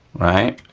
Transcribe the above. right?